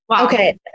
okay